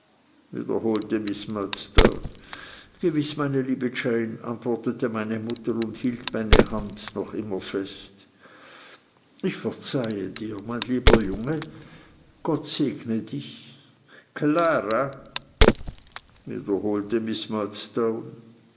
wiederholte miß murdstone gewiß meine liebe jane antwortete meine mutter und hielt meine hand noch immer fest ich verzeihe dir mein lieber junge gott segne dich klara wiederholte